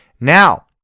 Now